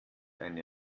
eine